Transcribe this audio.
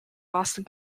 boston